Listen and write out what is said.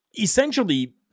essentially